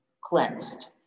cleansed